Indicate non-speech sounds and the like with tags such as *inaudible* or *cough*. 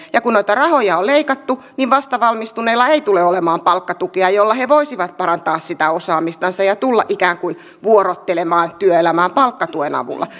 ja kun noita rahoja on leikattu niin vastavalmistuneilla ei tule olemaan palkkatukea jolla he voisivat parantaa sitä osaamistansa ja tulla ikään kuin vuorottelemaan työelämään palkkatuen avulla *unintelligible*